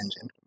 engine